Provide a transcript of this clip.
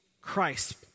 Christ